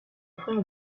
frère